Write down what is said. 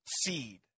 seed